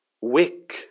wick